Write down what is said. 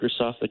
Microsoft